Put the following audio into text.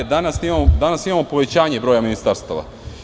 Danas imamo povećanje broja ministarstava.